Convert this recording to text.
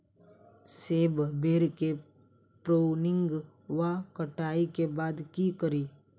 सेब बेर केँ प्रूनिंग वा कटाई केँ बाद की करि?